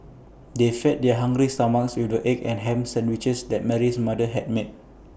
they fed their hungry stomachs with the egg and Ham Sandwiches that Mary's mother had made